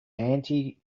anti